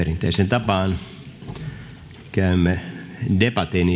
tapaan käymme debatin